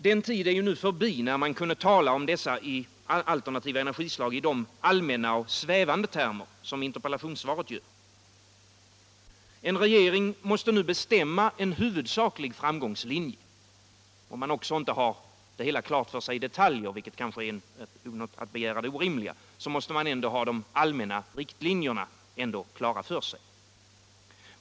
Den tid är nu förbi — linje i kärnkraftsnär man kunde tala om dessa alternativa energislag i de allmänna, svä — frågan vande termer som interpellationssvaret gör. En regering måste nu bestämma en huvudsaklig framgångslinje. Om man också inte har det hela klart för sig i detalj, vilket kanske vore att begära det orimliga, så måste man ändå ha de allmänna riktlinjerna klara.